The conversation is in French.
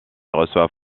reçoit